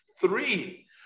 three